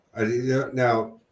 Now